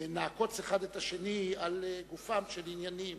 נעקוץ אחד את השני לגופם של עניינים,